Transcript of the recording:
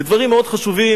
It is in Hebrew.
לדברים מאוד חשובים,